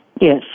Yes